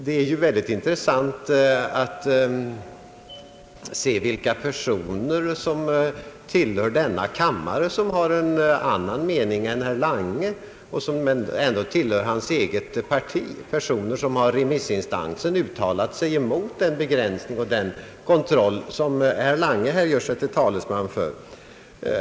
Det är ju mycket intressant att se vilka personer i denna kammare som har en annan mening än herr Lange men som ändå tillhör hans eget parti, personer som i remissinstanser har uttalat sig emot den begränsning och den kontroll som herr Lange här gör sig till talesman för.